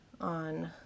on